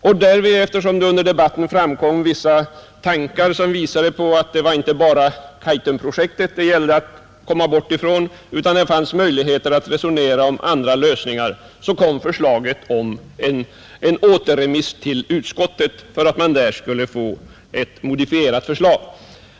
Sedan det under debatten framkommit vissa tankar, som visade att det inte var bara Kaitumprojektet det gällde att komma bort ifrån, utan att det fanns möjligheter att resonera om andra lösningar, kom förslaget om en återremiss till utskottet för att man där skulle utarbeta ett modifierat förslag.